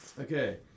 Okay